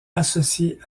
associées